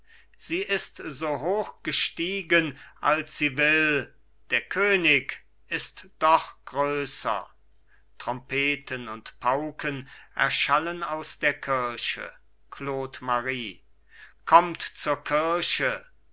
sie so hoch gestiegen als sie will der könig ist doch größer trompeten und pauken erschallen aus der kirche claude marie kommt zur kirche